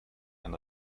ein